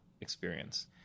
experience